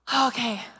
Okay